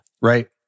Right